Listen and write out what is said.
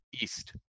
East